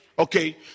Okay